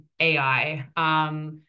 AI